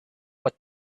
what